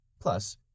Plus